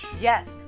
Yes